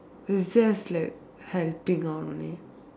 is just like helping out only